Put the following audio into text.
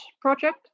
project